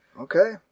Okay